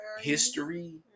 history